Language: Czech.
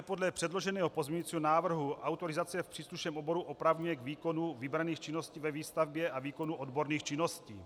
Podle předloženého pozměňujícího návrhu autorizace v příslušném oboru opravňuje k výkonu vybraných činností ve výstavbě a k výkonu odborných činností.